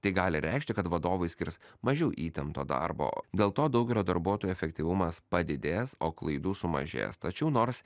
tai gali reikšti kad vadovai skirs mažiau įtempto darbo dėl to daugelio darbuotojų efektyvumas padidės o klaidų sumažės tačiau nors